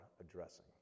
addressing